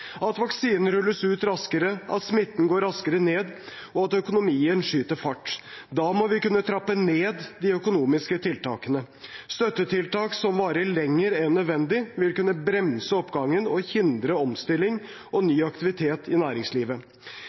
at vaksinen rulles ut raskere, at smitten går raskere ned, og at økonomien skyter fart. Da må vi kunne trappe ned de økonomiske tiltakene. Støttetiltak som varer lenger enn nødvendig, vil kunne bremse oppgangen og hindre omstilling og ny aktivitet i næringslivet.